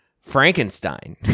Frankenstein